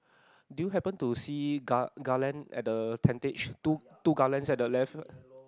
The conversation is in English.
do you happen to see gar~ garland at the tentage two two garlands at the left